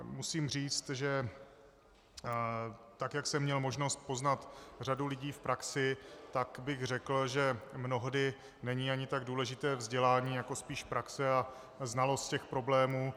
Musím říct, že tak jak jsem měl možnost poznat řadu lidí v praxi, tak bych řekl, že mnohdy není ani tak důležité vzdělání jako spíš praxe a znalost těch problémů.